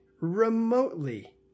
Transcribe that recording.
remotely